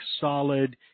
solid